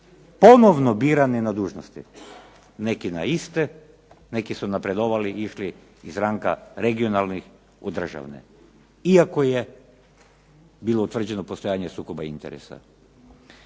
ponovno birane na dužnosti, neki na iste, neki su napredovali išli iz ranga regionalnih u državne, iako je bilo utvrđeno postojanje sukoba interesa.